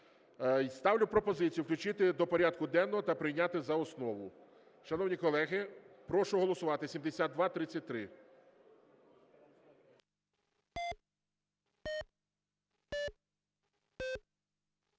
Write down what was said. Ставлю пропозицію включити його до порядку денного та прийняти за основу. Шановні колеги, прошу голосувати. 7233.